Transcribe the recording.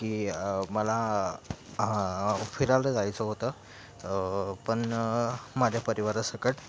की मला फिरायला जायचं होतं पण माझ्या परिवारासकट